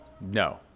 no